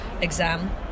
exam